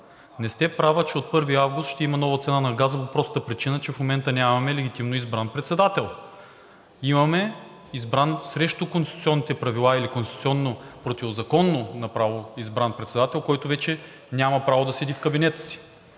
не сте права, че от 1 август ще има нова цена на газа по простата причина, че в момента нямаме легитимно избран председател. Имаме избран срещу конституционните правила или направо противоконституционно избран председател, който вече няма право да седи в кабинета си.